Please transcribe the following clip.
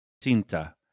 Tinta